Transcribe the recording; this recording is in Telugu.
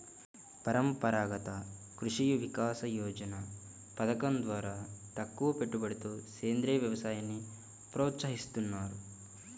పరంపరాగత కృషి వికాస యోజన పథకం ద్వారా తక్కువపెట్టుబడితో సేంద్రీయ వ్యవసాయాన్ని ప్రోత్సహిస్తున్నారు